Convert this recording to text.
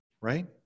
right